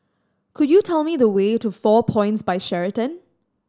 could you tell me the way to Four Points By Sheraton